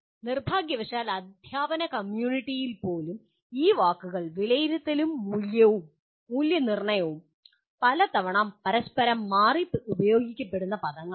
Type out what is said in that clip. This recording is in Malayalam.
നിർഭാഗ്യവശാൽ അദ്ധ്യാപന കമ്മ്യൂണിറ്റിയിൽ പോലും ഈ വാക്കുകൾ വിലയിരുത്തലും മൂല്യനിർണ്ണയവും പലതവണ പരസ്പരം മാറി ഉപയോഗിക്കപ്പെടുന്ന പദങ്ങളാണ്